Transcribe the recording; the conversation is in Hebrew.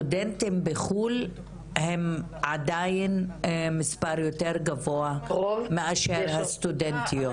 הסטודנטים בחו"ל הם עדיין מספר יותר גבוהה מאשר הסטודנטיות.